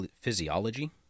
physiology